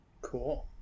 Cool